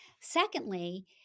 Secondly